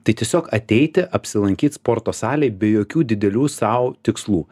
tai tiesiog ateiti apsilankyt sporto salėj be jokių didelių sau tikslų